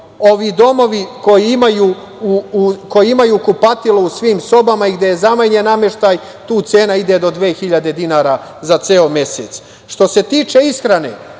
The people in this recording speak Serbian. Ovi domovi koji imaju kupatilo u svim sobama i gde je zamenjen nameštaj tu cena ide do 2.000 za ceo mesec. Što se tiče ishrane,